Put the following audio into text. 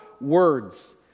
words